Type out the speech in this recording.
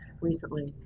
recently